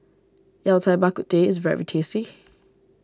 Yao Cai Bak Kut Teh is very tasty